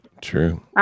True